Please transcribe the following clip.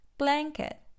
Blanket